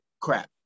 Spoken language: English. crap